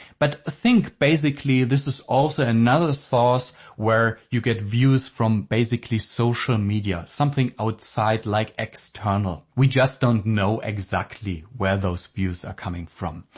but i think basically this is also another source where you get views from basically social media. something outside like external. we just don't know exactly where those views are coming from.